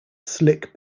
slick